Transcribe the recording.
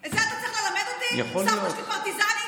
את כל כך בתוך הטקסט,